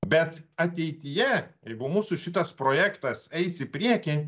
bet ateityje jeigu mūsų šitas projektas eis į priekį